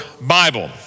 Bible